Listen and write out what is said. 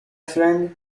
friends